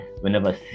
whenever